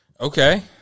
Okay